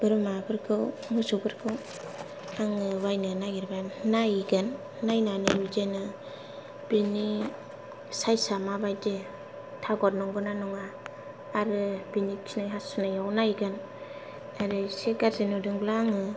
बोरमाफोरखौ मोसौफोरखौ बायनो आङो बायनो नायहैगोन नायनानै बिदिनो बिनि सायसा माबायदि थागथ नंगौना नङा आरो बेनि खिनाय हासुनायाव नायगोन आरो एसे गाज्रि नुदोंब्ला आङो